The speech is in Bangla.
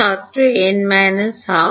ছাত্র n 12